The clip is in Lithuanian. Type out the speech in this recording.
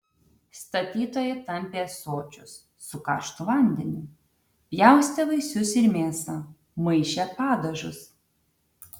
statytojai tampė ąsočius su karštu vandeniu pjaustė vaisius ir mėsą maišė padažus